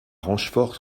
rochefort